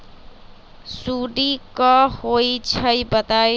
सुडी क होई छई बताई?